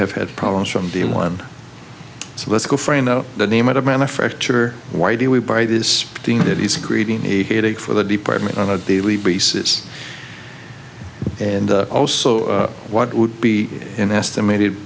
have had problems from day one so let's go for a know the name of the manufacturer why do we buy this thing that he's creating a headache for the department on a daily basis and also what would be an estimated